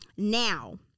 Now